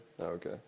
Okay